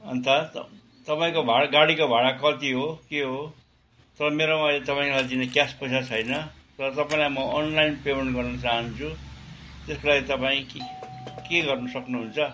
अन्त तपाईँको भाडा गाडीको भाडा कति हो के हो तर मेरोमा अहिले तपाईँलाई अहिले दिने क्यास पैसा छैन र तपाईँलाई म अनलाइन पेमेन्ट गर्न चाहन्छु त्यसको लागि तपाईँ के के गर्नु सक्नुहुन्छ